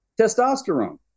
Testosterone